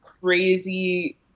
crazy